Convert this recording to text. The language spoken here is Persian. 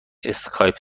اسکایپ